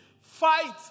Fight